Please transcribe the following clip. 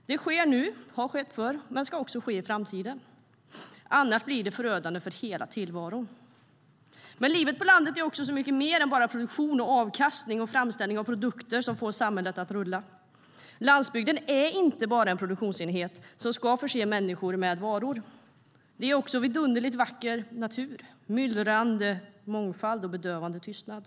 Det sker nu, har skett förr och ska ske i framtiden. Annars blir det förödande för hela tillvaron. Livet på landet är också så mycket mer än bara produktion, avkastning och framställning av produkter som får samhället att rulla. Landsbygden är inte bara en produktionsenhet som ska förse människor med varor. Det är också vidunderligt vacker natur, myllrande mångfald och bedövande tystnad.